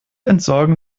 entsorgen